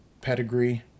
pedigree